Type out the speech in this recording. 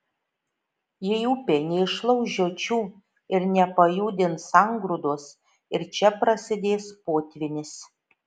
jei upė neišlauš žiočių ir nepajudins sangrūdos ir čia prasidės potvynis